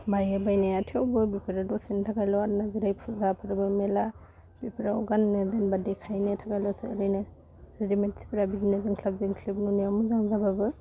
बायो बायनाया थेवबो बेफोर दसेनि थाखायल' आरो ना जेरै फुजा फोरबो मेला बेफोराव गान्नो दोनबा देखायनो थाखायल'सो ओरैनो जेरै मानसिफ्रा बिदिनो जोंख्लाब जोंख्लिब नुनायाव मोजां जाबाबो